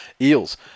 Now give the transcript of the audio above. Eels